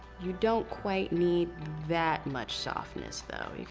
you don't quite need that much softness, though.